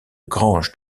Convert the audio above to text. granges